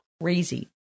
crazy